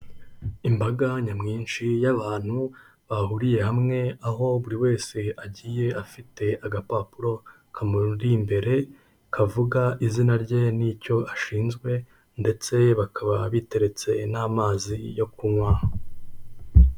Imbaga nyamwinshi y'abantu bahuriye hamwe, aho buri wese agiye afite agapapuro ka muri imbere, kavuga izina rye n'icyo ashinzwe, ndetse bakaba biteretse n'amazi yo kunywa.